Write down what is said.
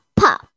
pop